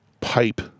pipe